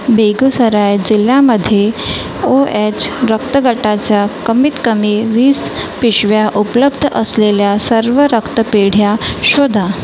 बेगुसराय जिल्ह्यामध्ये ओएच रक्तगटाच्या कमीत कमी वीस पिशव्या उपलब्ध असलेल्या सर्व रक्तपेढ्या शोधा